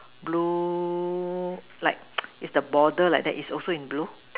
blue like it's the border like that it's also in blue